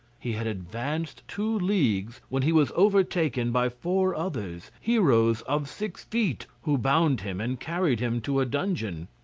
he had advanced two leagues when he was overtaken by four others, heroes of six feet, who bound him and carried him to a dungeon.